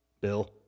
Bill